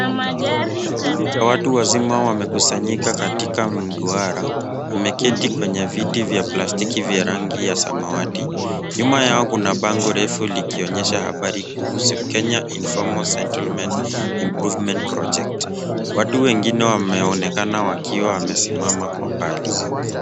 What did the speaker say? Kikundi cha watu wazima wamekusanyika katika mduara. Wameketi kwenye viti vya plastiki vya rangi ya samawati. Nyuma yao kuna bango refu likionyesha habari kuhusu Kenya Informal Settlement Improvement Project. Watu wengine wameonekana wakiwa wamesimama kwa mbali.